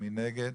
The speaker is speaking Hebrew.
מי נגד?